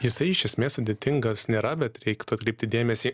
jisai iš esmės sudėtingas nėra bet reiktų atkreipti dėmesį